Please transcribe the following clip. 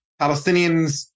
Palestinians